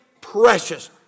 Precious